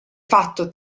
fatto